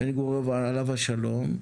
בן גוריון עליו השלום.